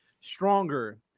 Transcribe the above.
stronger